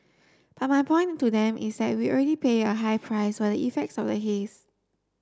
but my point to them is that we already pay a high price for the effects of the haze